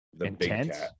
Intense